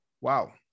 Wow